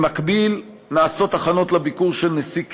במקביל, נעשות הכנות לביקור של נשיא קניה.